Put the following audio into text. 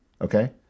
Okay